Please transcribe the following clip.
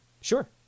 Sure